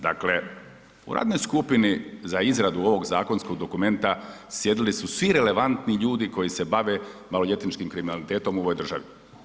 Dakle, u radnoj skupini za izradu ovog zakonskog dokumenta sjedili su svi relevantni ljudi koji se bave maloljetničkim kriminalitetom u ovoj državi.